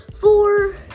four